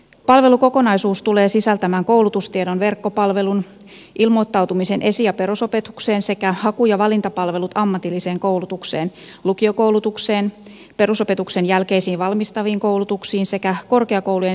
palvelukokonaisuus tulee sisältämään koulutustiedon verkkopalvelun ilmoittautumisen esi ja perusopetukseen sekä haku ja valintapalvelut ammatilliseen koulutukseen lukiokoulutukseen perusopetuksen jälkeisiin valmistaviin koulutuksiin sekä korkeakoulujen sähköisen hakujärjestelmän